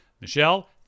Michelle